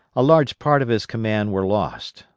a large part of his command were lost,